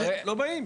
לא באים.